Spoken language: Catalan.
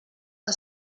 que